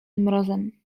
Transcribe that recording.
mrozem